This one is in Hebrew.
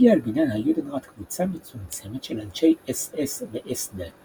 הגיעה אל בניין היודנראט קבוצה מצומצמת של אנשי אס אס ואס דה,